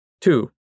Two